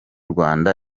rwanda